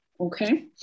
Okay